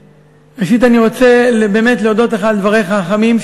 ראשית אני רוצה באמת להודות לך על דבריך החמים,